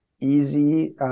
easy